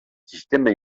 sistema